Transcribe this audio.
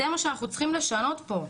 זה מה שאנחנו צריכים לשנות פה.